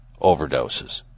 overdoses